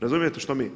Razumijete što mi?